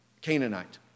Canaanite